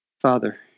Father